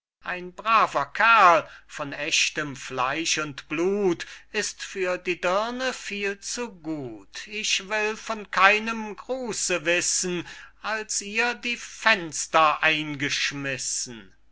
ein braver kerl von echtem fleisch und blut ist für die dirne viel zu gut ich will von keinem gruße wissen als ihr die fenster eingeschmissen